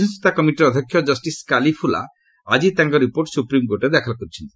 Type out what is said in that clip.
ମଧ୍ୟସ୍ଥତା କମିଟିର ଅଧ୍ୟକ୍ଷ ଜଷ୍ଟିସ୍ କାଲିଫୁଲା ଆଜି ତାଙ୍କର ରିପୋର୍ଟ ସୁପ୍ରିମ୍କୋର୍ଟରେ ଦାଖଲ କରିଛନ୍ତି